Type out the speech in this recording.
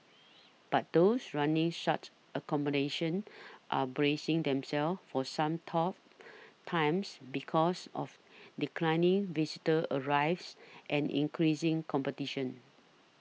but those running such accommodation are bracing themselves for some tough times because of declining visitor arrivals and increasing competition